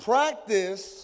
Practice